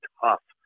tough